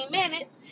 minutes